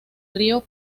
río